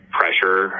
pressure